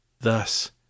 Thus